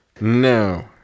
No